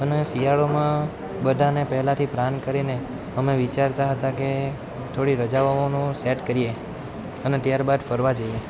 અને શિયાળામાં બધાંને પહેલાંથી પ્લાન કરીને અમે વિચારતા હતા કે થોડી રજાઓનું સેટ કરીએ અને ત્યારબાદ ફરવા જઈએ